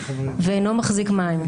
ואינו מחזיק מים,